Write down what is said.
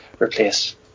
replace